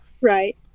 Right